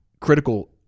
critical